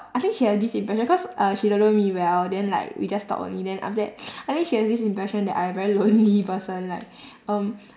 I think she have this impression cause uh she don't know me well then like we just talk only then after that I think she has this impression that I'm a very lonely person like um